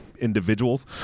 individuals